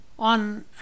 On